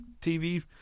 tv